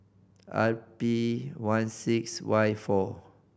R P one six Y four